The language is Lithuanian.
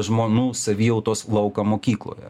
žmonų savijautos lauką mokykloje